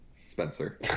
Spencer